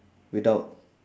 without